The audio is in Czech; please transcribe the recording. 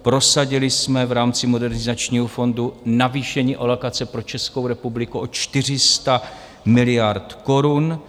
Prosadili jsme v rámci Modernizačního fondu navýšení alokace pro Českou republiku o 400 miliard korun.